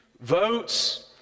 votes